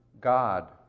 God